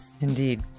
Indeed